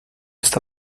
está